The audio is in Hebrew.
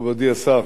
מכובדי השר,